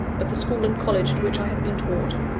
of the school and college at which i had been taught,